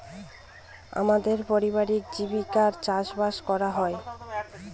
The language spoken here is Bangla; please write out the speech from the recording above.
আমাদের পারিবারিক জীবিকা চাষবাস করা হয়